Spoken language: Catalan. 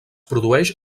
produeix